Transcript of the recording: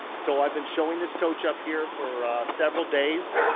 so i've been showing this coach up here for several days,